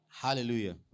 Hallelujah